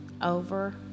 over